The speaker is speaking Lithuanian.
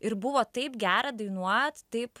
ir buvo taip gera dainuot taip